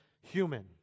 human